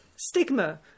stigma